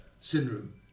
syndrome